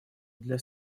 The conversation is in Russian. для